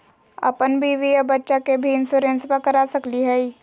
अपन बीबी आ बच्चा के भी इंसोरेंसबा करा सकली हय?